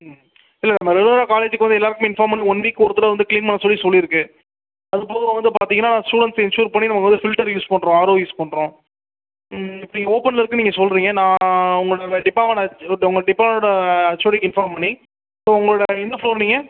ம் இல்லை நம்ம ரெகுலராக காலேஜுக்கு வந்து எல்லாருக்கும் இன்ஃபார்ம் பண்ணி ஒன் வீக் ஒரு தடவை வந்து க்ளீன் பண்ண சொல்லி சொல்லிருக்குது அதுபோக வந்து பார்த்தீங்கனா ஸ்டூடண்ஸை இன்ஸூர் பண்ணி நம்ம வந்து ஃபில்டர் யூஸ் பண்ணுறோம் ஆர்ஓ யூஸ் பண்ணுறோம் ம் நீங்கள் ஓப்பன்ல இருக்குதுனு நீங்கள் சொல்கிறீங்க நான் உங்களோட டிப்பார்மெண்ட் ஒருத்தவங்க டிப்பார்மெண்ட்டோட ஹெச்ஓடிக்கு இன்ஃபார்ம் பண்ணி ஸோ உங்களோட எந்த ஃப்ளோர் நீங்கள்